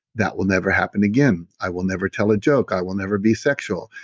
that will never happen again. i will never tell a joke. i will never be sexual.